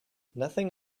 nothing